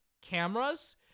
cameras